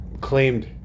claimed